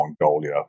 Mongolia